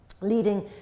leading